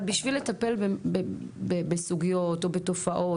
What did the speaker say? אבל בשביל לטפל בסוגיות ובתופעות,